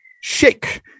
Shake